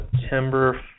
September